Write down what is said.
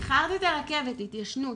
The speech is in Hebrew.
איחרת את הרכבת, התיישנות'.